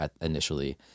initially